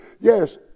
Yes